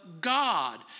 God